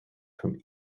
from